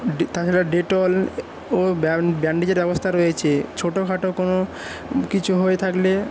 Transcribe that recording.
day তাঁদের Dettol ও ব্যান ব্যান্ডেজের ব্যবস্থা রয়েছে ছোটোখাটো কোনো কিছু হয়ে থাকলে